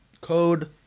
code